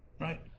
Right